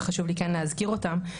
אבל חשוב לי שכן להזכיר אותן.